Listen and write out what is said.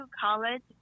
college